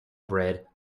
bread